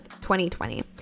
2020